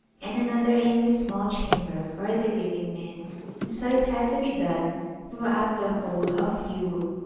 and another in the small chamber for the living men and so it had to be done throughout the whole of yule.